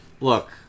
Look